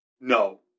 no